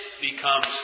becomes